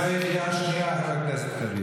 אתה אחרי קריאה שנייה, חבר הכנסת קריב.